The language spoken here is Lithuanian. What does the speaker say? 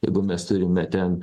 jeigu mes turime ten